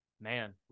Man